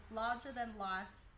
larger-than-life